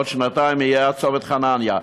בעוד שנתיים יהיה עד צומת חנניה.